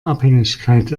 abhängigkeit